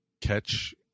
catch